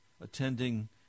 attending